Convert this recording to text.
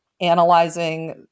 analyzing